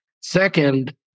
Second